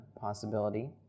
possibility